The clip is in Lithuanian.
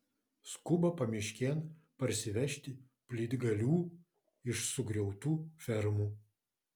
skuba pamiškėn parsivežti plytgalių iš sugriautų fermų